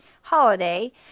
holiday